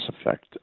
effect